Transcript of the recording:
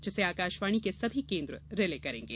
जिसे आकाशवाणी के सभी केन्द्र रिले करेंगे